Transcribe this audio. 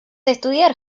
estudiar